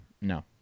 no